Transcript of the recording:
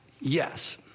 Yes